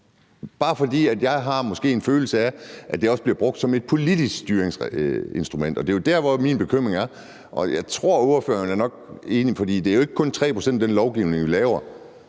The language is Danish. bare, fordi jeg måske har en følelse af, at det også bliver brugt som et politisk styringsinstrument. Det er jo der, min bekymring er. Jeg tror nok, at ordføreren er enig, for det er jo ikke kun 3 pct. af den lovgivning, vi laver,